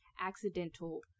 accidental